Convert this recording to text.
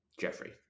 Jeffrey